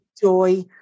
joy